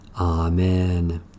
Amen